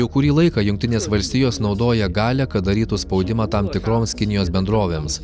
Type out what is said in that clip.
jau kurį laiką jungtinės valstijos naudoja galią kad darytų spaudimą tam tikroms kinijos bendrovėms